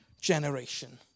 generation